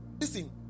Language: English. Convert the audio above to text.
Listen